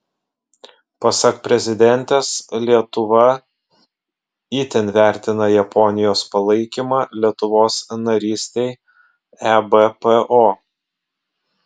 pasak prezidentės lietuva itin vertina japonijos palaikymą lietuvos narystei ebpo